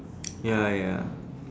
ya ya